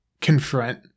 confront